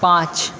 পাঁচ